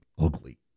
ugly